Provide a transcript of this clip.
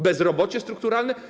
Bezrobocie strukturalne.